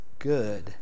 good